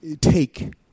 take